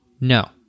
No